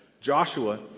Joshua